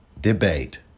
debate